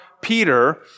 Peter